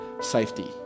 safety